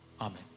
Amen